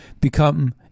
become